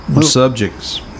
subjects